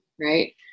right